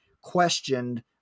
questioned